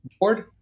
board